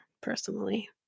personally